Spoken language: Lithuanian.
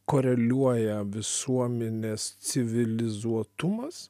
koreliuoja visuomenės civilizuotumas